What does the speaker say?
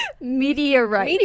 Meteorite